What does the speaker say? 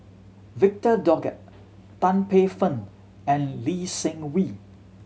Victor Doggett Tan Paey Fern and Lee Seng Wee